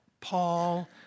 Paul